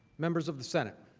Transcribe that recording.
members of the senate.